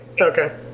Okay